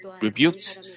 rebuked